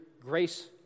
grace